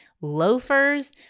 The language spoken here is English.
loafers